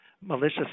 malicious